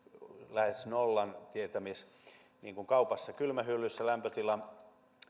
nollan tietämissä ja kaupassa kylmähyllyssä lämpötila